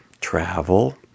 travel